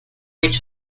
each